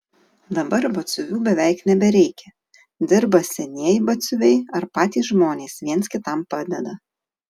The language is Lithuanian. dabar batsiuvių beveik nebereikia dirba senieji batsiuviai ar patys žmonės viens kitam padeda